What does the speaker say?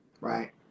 Right